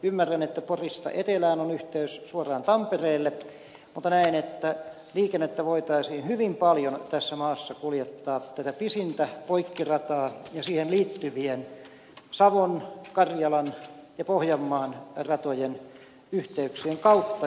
ymmärrän että porista etelään on yhteys suoraan tampereelle mutta näen että liikennettä voitaisiin hyvin paljon tässä maassa kuljettaa tätä pisintä poikkirataa pitkin ja siihen liittyvien savon karjalan ja pohjanmaan ratojen yhteyk sien kautta